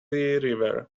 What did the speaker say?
river